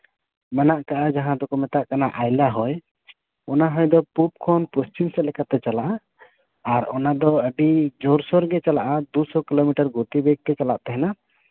ᱢᱮᱱᱟᱜ ᱠᱟᱜᱼᱟ ᱡᱟᱦᱟᱸ ᱫᱚᱠᱚ ᱢᱮᱛᱟᱜ ᱠᱟᱱᱟ ᱟᱭᱞᱟ ᱦᱚᱭ ᱚᱱᱟ ᱦᱚᱭ ᱫᱚ ᱯᱩᱵᱽ ᱠᱷᱚᱱ ᱯᱚᱥᱪᱤᱢ ᱥᱮᱱ ᱞᱮᱠᱟᱛᱮ ᱪᱟᱞᱟᱜᱼᱟ ᱟᱨ ᱚᱱᱟ ᱫᱚ ᱟᱹᱰᱤ ᱡᱳᱨᱼᱥᱳᱨ ᱜᱮ ᱪᱟᱞᱟᱜᱼᱟ ᱫᱩᱥᱚ ᱠᱤᱞᱳᱢᱤᱴᱟᱨ ᱜᱚᱛᱤᱵᱮᱜᱽ ᱛᱮ ᱪᱟᱞᱟᱜ ᱛᱟᱦᱮᱱᱟ